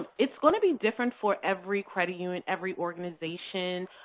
it's going to be different for every credit union, every organization.